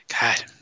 God